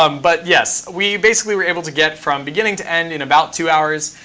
um but yes, we basically were able to get from beginning to end in about two hours.